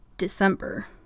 December